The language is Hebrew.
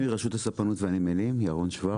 מרשות הספנות והנמלים, ירון שוורץ.